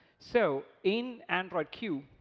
so in android q,